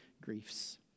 griefs